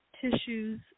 tissues